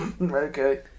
Okay